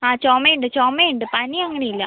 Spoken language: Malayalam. ചുമയുണ്ട് ചുമയുണ്ട് പനി അങ്ങനെയില്ല